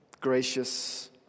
gracious